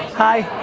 hi.